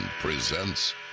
presents